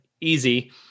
easy